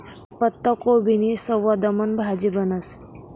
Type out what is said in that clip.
पत्ताकोबीनी सवादबन भाजी बनस